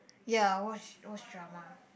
ya I watch watch drama